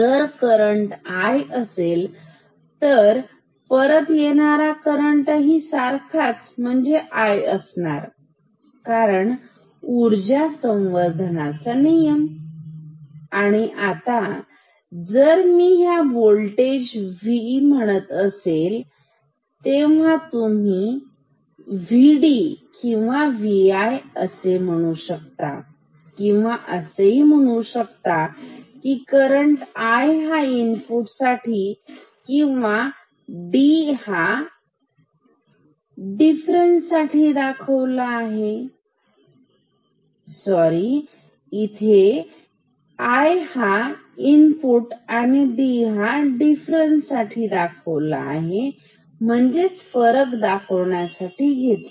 जर हा करंट असेल तर परत येणारा ही करंट सारखाच म्हणजेच असणारच कारण ऊर्जा संवर्धनाच्या नियमानुसार कंजर्वेशन ऑफ चार्ज आणि आता जर मी त्याला होल्टेज म्हणत असेल तुम्ही किंवा असेही म्हणू शकता किंवा असेही म्हणू शकता की हा इनपुट साठी किंवा हा डिफरंस म्हणजे फरक दाखवण्यासाठी आहे कोणताही चालेल ठीक